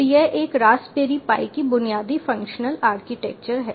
तो यह एक रास्पबेरी पाई की बुनियादी फंक्शंसल आर्किटेक्चर है